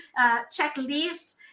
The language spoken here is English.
checklist